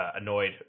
annoyed